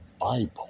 Bible